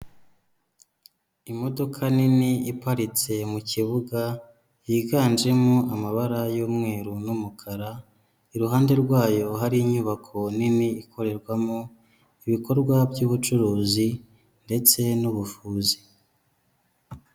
Imodoka nini iparitse mu kibuga yiganjemo amabara y'umweru n'umukara, iruhande rwayo hari inyubako nini ikorerwamo ibikorwa by'ubucuruzi ndetse n'ubuvuzi.